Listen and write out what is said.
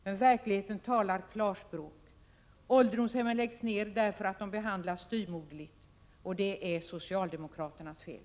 Men verkligheten talar ett klart språk: ålderdomshemmen läggs ned därför att de behandlas styvmoderligt, och det är socialdemokraternas fel.